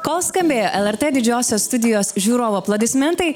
kol skambėjo lrt didžiosios studijos žiūrovų aplodismentai